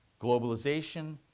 Globalization